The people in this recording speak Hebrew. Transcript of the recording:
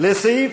לסעיף